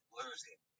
losing